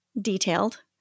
detailed